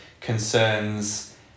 concerns